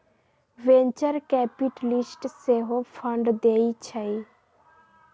venture capitalist सेहो fund देइ छइ